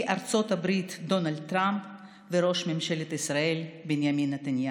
ארצות הברית דונלד טראמפ וראש ממשלת ישראל בנימין נתניהו.